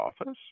office